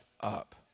up